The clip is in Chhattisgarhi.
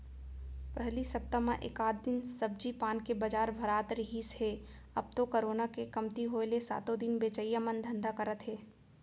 पहिली सप्ता म एकात दिन सब्जी पान के बजार भरात रिहिस हे अब तो करोना के कमती होय ले सातो दिन बेचइया मन धंधा करत हे